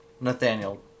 Nathaniel